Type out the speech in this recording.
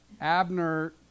Abner